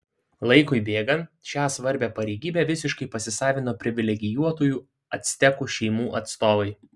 laikui bėgant šią svarbią pareigybę visiškai pasisavino privilegijuotųjų actekų šeimų atstovai